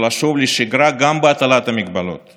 גם גופי